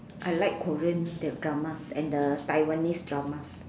I like Korean the dramas and the Taiwanese dramas